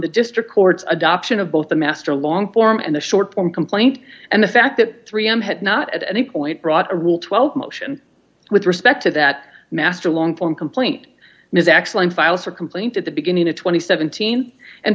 the district court's adoption of both the master long form and the short form complaint and the fact that three m had not at any point brought a rule twelve motion with respect to that master long form complaint is actually filed for complaint at the beginning of two thousand and seventeen and